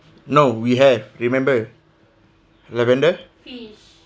no we have remember lavender